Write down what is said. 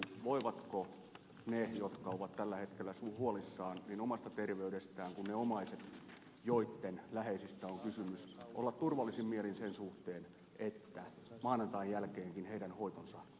voivatko ne jotka ovat tällä hetkellä huolissaan omasta terveydestään ja ne omaiset joitten läheisestä on kysymys olla turvallisin mielin sen suhteen että maanantain jälkeenkin heidän hoitonsa jatkuu